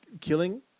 killing